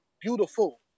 beautiful